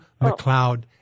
McLeod